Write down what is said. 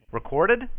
Recorded